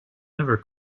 ever